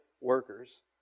workers